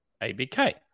ABK